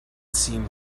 seemed